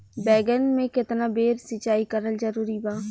बैगन में केतना बेर सिचाई करल जरूरी बा?